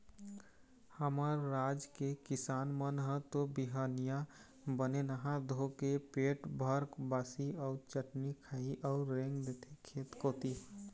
हमर राज के किसान मन ह तो बिहनिया बने नहा धोके पेट भर बासी अउ चटनी खाही अउ रेंग देथे खेत कोती